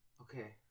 Okay